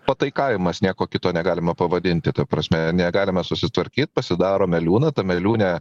pataikavimas nieko kito negalima pavadinti ta prasme negalime susitvarkyt pasidarome liūną tame liūne